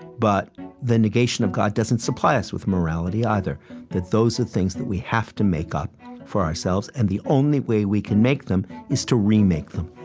but the negation of god doesn't supply us with morality, either that those are things that we have to make up for ourselves, and the only way we can make them is to remake them,